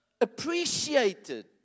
appreciated